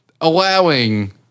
Allowing